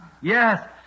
Yes